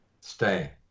Stay